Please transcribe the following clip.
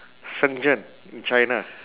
shenzhen in china